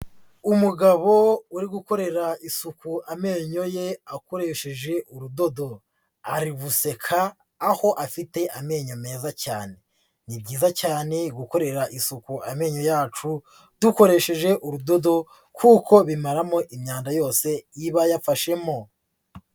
Umugabo uri gukorera isuku amenyo ye akoresheje urudodo, ari guseka aho afite amenyo meza cyane, ni byiza cyane gukorera isuku amenyo yacu dukoresheje urudodo kuko bimaramo imyanda yose iba yafashemo.